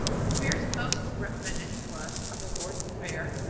the prayers most recommended to us are the lord's prayer,